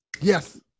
Yes